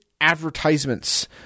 advertisements